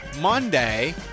Monday